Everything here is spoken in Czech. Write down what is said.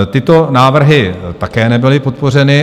Tyto návrhy také nebyly podpořeny.